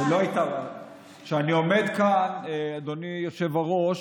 כשאני עומד כאן, אדוני היושב-ראש,